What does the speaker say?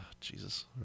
Jesus